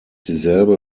dieselbe